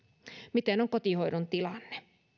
mikä on kotihoidon tilanne